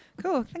cool